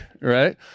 Right